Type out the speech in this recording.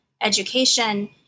education